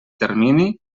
termini